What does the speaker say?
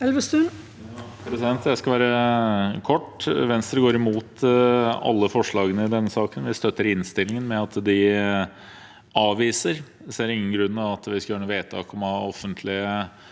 Jeg skal være kort. Venstre går imot alle forslagene i denne saken. Vi støtter innstillingen – at de avvises. Vi ser ingen grunn til at vi skulle gjøre noe vedtak om å ha offentlige